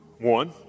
One